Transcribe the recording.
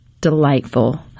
delightful